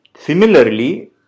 Similarly